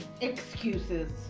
Excuses